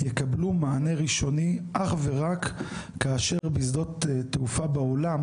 יקבלו מענה ראשוני אך ורק כאשר בשדות תעופה בעולם